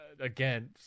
Again